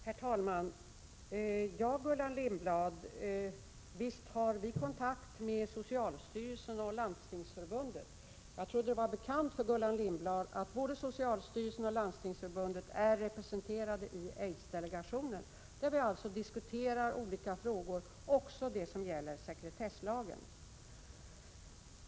Herr talman! Ja, Gullan Lindblad, visst har vi kontakt med socialstyrelsen och Landstingsförbundet. Jag trodde att det var bekant för Gullan Lindblad att både socialstyrelsen och Landstingsförbundet är representerade i aidsdelegationen där vi diskuterar olika frågor, även de som gäller sekretesslagen.